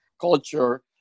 culture